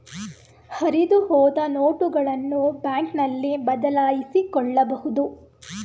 ಹರಿದುಹೋದ ನೋಟುಗಳನ್ನು ಬ್ಯಾಂಕ್ನಲ್ಲಿ ಬದಲಾಯಿಸಿಕೊಳ್ಳಬಹುದು